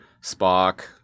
Spock